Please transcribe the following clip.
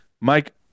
Mike